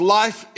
life